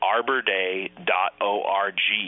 ArborDay.org